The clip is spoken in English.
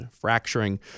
fracturing